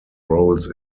roles